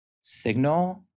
signal